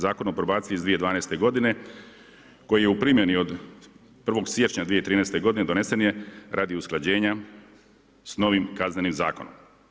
Zakon o probaciji iz 2012. godine koji je u primjeni od 1. siječnja 2013. godine donesen je radi usklađenja s novim Kaznenim zakonom.